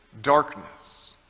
darkness